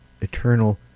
Eternal